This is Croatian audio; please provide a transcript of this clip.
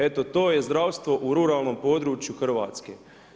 Eto, to je zdravstvo u ruralnom području Hrvatske.